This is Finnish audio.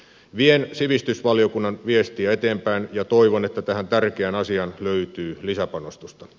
vien sivistysvaliokunnan viestiä eteenpäin ja toivon että tähän tärkeään asiaan löytyy lisäpanostusta